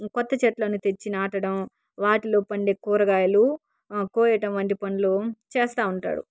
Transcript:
కొత్త చెట్లు తెచ్చి నాటడం వాటిల్లో పండే కూరగాయలు కోయడం వంటి పనులు చేస్తూ ఉంటారు